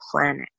planet